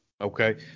Okay